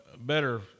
better